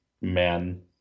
man